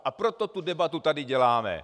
A proto tu debatu tady děláme.